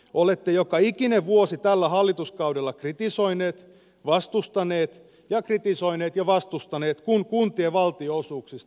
olette joka ikinen vuosi tällä hallituskaudella kritisoineet vastustaneet ja kritisoineet ja vastustaneet kun kuntien valtionosuuksista on säästetty